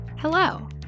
Hello